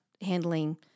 handling